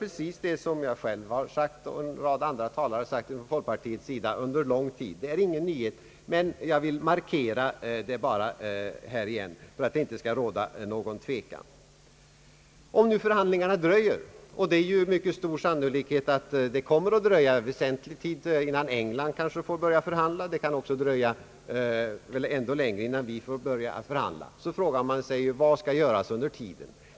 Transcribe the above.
Jag upprepar vad jag själv och en rad andra talare från folkpartiet sagt under lång tid. Det är ingen nyhet, men jag vill markera det här igen, för att det inte skall råda någon tvekan. Om förhandlingarna dröjer, och det är mycket troligt att det kommer att dröja innan England får börja förhand la, och det kan dröja ännu längre innan vi kan få börja förhandla, frågar man sig vad som skall göras under tiden.